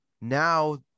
Now